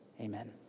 Amen